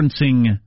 referencing